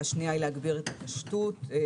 השנייה היא להגביר את הפשטות כי